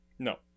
No